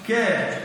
כן.